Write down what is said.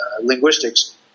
linguistics